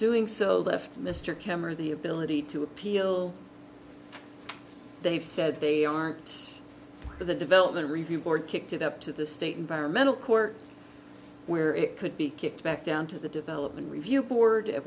doing so there for mr kember the ability to appeal they've said they aren't for the development review board kicked it up to the state environmental court where it could be kicked back down to the development review board at